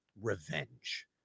Revenge